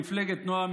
מפלגת נעם,